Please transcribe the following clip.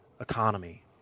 economy